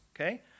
okay